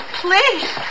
please